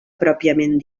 pròpiament